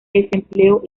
desempleo